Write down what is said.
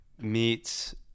meets